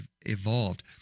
evolved